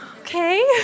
Okay